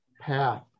path